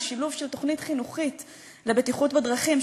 שילוב תוכנית חינוכית לבטיחות בדרכים,